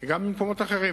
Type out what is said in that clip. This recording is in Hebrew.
דרך אגב, גם במקומות אחרים,